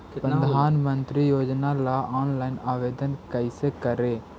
प्रधानमंत्री योजना ला ऑनलाइन आवेदन कैसे करे?